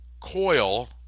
coil